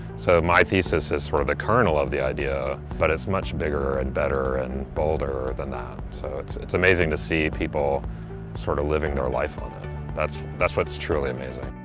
so my thesis is sort of the kernel of the idea, but it's much bigger and better and bolder than that. so it's it's amazing to see people sort of living their life on it. that's what's truly amazing.